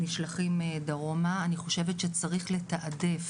נשלחים דרומה, אני חושבת שצריך לתעדף